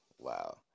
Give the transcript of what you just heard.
Wow